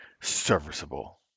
serviceable